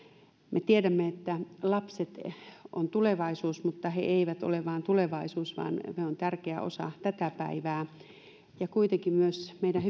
me tiedämme että lapset ovat tulevaisuus mutta he eivät ole vain tulevaisuus vaan he ovat tärkeä osa tätä päivää kuitenkaan meidän